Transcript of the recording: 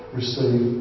receive